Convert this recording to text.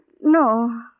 No